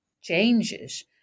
changes